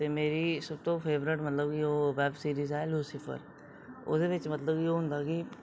ते मेरी सब तूं फेबरट मतलब कि बेब सिरिज ऐ लूसीफर ओह्दे बिच मतलब कि ओह् होंदां कि